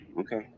Okay